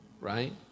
Right